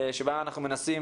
שבה אנחנו מנסים